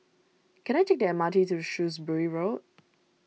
can I take the M R T to Shrewsbury Road